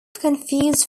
confused